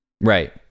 right